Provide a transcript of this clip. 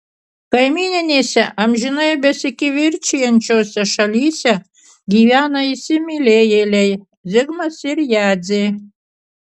kaimyninėse amžinai besikivirčijančiose šalyse gyvena įsimylėjėliai zigmas ir jadzė